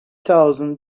thousand